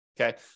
okay